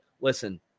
listen